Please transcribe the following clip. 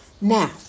Now